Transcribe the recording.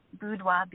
Boudoir